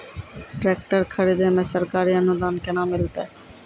Tractor खरीदै मे सरकारी अनुदान केना मिलतै?